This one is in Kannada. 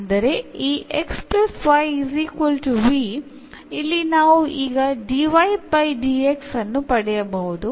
ಅಂದರೆ ಈ ಇಲ್ಲಿ ನಾವು ಈಗ ಈ ಅನ್ನು ಪಡೆಯಬಹುದು